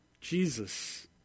Jesus